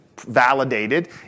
validated